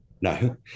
No